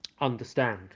understand